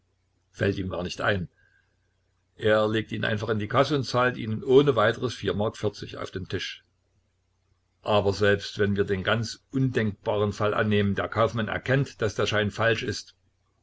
fällt ihm gar nicht ein er legt ihn einfach in die kasse und zahlt ihnen ohne weiteres vier mark auf den tisch aber selbst wenn wir den ganz undenkbaren fall annehmen der kaufmann erkennt daß der schein falsch ist